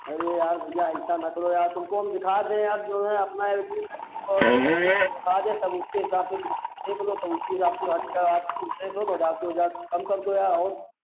अरे यार भैया ऐसा ना करो यार तुमको हम दिखा दें अब जो है अरे तब उसके हिसाब से देख लो तब उसके हिसाब से अच्छा आप दे दो हज़ार दो हज़ार कम कर दो यार और